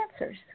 answers